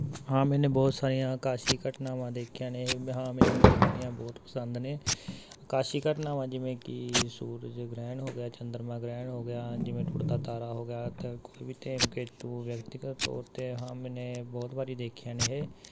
ਹਾਂ ਮੈਨੇ ਬਹੁਤ ਸਾਰੀਆਂ ਅਕਾਸ਼ੀ ਘਟਨਾਵਾਂ ਦੇਖੀਆਂ ਨੇ ਹਾਂ ਮੈਨੂੰ ਇਹ ਦੇਖਣੀਆਂ ਬਹੁਤ ਪਸੰਦ ਨੇ ਅਕਾਸ਼ੀ ਘਟਨਾਵਾਂ ਜਿਵੇਂ ਕਿ ਸੂਰਜ ਗ੍ਰਹਿਣ ਹੋ ਗਿਆ ਚੰਦਰਮਾ ਗ੍ਰਹਿਣ ਹੋ ਗਿਆ ਜਿਵੇਂ ਟੁੱਟਦਾ ਤਾਰਾ ਹੋ ਗਿਆ ਅਤੇ ਕੋਈ ਵੀ ਧੂਮ ਕੇਤੁ ਹੋ ਗਿਆ ਵਿਅਕਤੀਗਤ ਤੌਰ 'ਤੇ ਹਾਂ ਮੈਨੇ ਬਹੁਤ ਵਾਰੀ ਦੇਖੀਆਂ ਨੇ ਇਹ